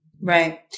Right